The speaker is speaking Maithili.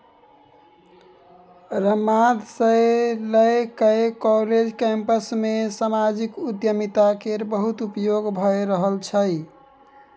समाद सँ लए कए काँलेज कैंपस मे समाजिक उद्यमिता केर बहुत उपयोग भए रहल छै